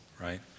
right